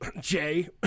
Jay